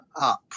up